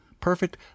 perfect